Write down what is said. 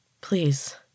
Please